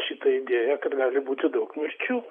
šitą idėją kad gali būti daug mirčių